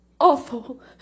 awful